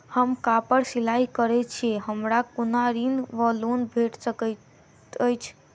हम कापड़ सिलाई करै छीयै हमरा कोनो ऋण वा लोन भेट सकैत अछि?